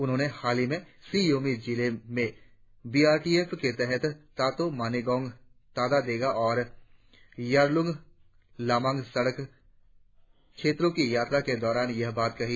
उन्होंने हालही में सी योमी जिले में बी आर टी एफ के तहत तातो मानिगोंग तादा देगा और यारलूंग लामांग सड़क क्षेत्रों की यात्रा के दौरान यह बात कही